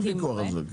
אין ויכוח על זה.